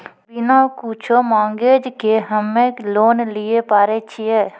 बिना कुछो मॉर्गेज के हम्मय लोन लिये पारे छियै?